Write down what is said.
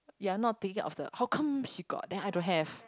ya I'm not thinking of the how come she got then I don't have